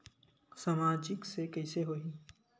सामाजिक से कइसे होही?